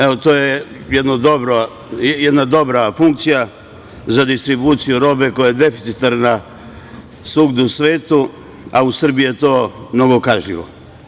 Evo, to je jedna dobra funkcija za distribuciju robe koja je deficitarna svugde u svetu, a u Srbiji je to novokažnjivo.